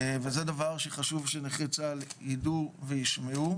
זה דבר שחשוב שנכי צה"ל יידעו וישמעו.